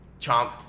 Chomp